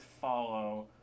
follow